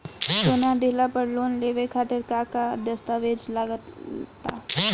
सोना दिहले पर लोन लेवे खातिर का का दस्तावेज लागा ता?